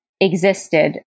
existed